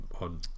on